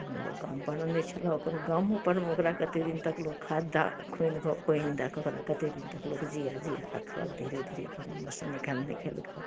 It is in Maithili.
तहन लोक गाम पर अनै छलए ओकरो गामो परमे ओकरा कतेऽ दिन तक लोक खद्दा खुनि कऽ पानि दए कऽ ओकरा कते दिन तक लोक जिया जिया रखलक धीरे धीरे अपन ओहिमेसँ निकालि निकालि कऽ